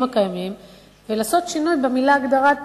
הקיימים ולעשות שינוי במלה הגדרת בן-זוג.